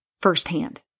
firsthand